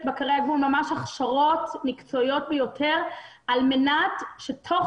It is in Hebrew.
בקרי הגבול ממש הכשרות מקצועיות ביותר על מנת שתוך